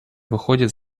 выходит